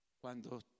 cuando